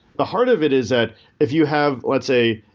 the heart of it is that if you have, let's say,